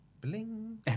Bling